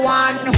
one